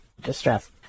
distress